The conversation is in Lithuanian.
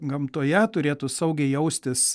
gamtoje turėtų saugiai jaustis